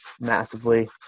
massively